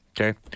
Okay